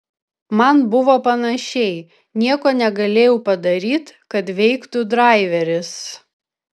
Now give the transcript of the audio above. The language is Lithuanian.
man buvo panašiai nieko negalėjau padaryt kad veiktų draiveris